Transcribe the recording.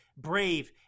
brave